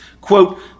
quote